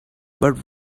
but